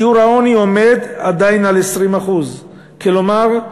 שיעור העוני עומד עדיין על 20%. כלומר,